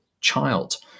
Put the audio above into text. child